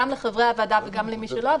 גם לחברי הוועדה וגם למי שלא,